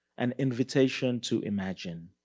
an invitation to imagine.